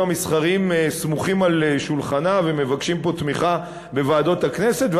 המסחריים סמוכים על שולחנה ומבקשים פה תמיכה בוועדות הכנסת,